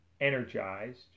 energized